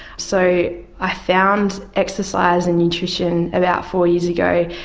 so i found exercise and nutrition about four years ago,